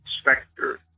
specter